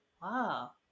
Wow